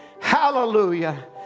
Hallelujah